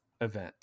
event